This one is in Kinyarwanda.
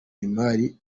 imari